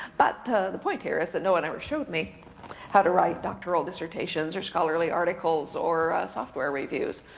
but the point here is that no one ever showed me how to write doctoral dissertations, or scholarly articles, or software reviews.